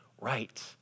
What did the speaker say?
right